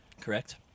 correct